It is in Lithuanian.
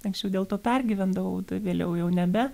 anksčiau dėl to pergyvendavau vėliau jau nebe